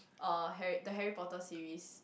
uh Harry the Harry-Potter series